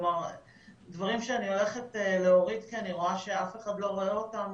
כלומר דברים שאני הולכת להוריד כי אני רואה שאף אחד לא רואה אותם,